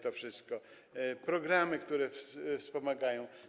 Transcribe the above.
To wszystko, programy, które wspomagają.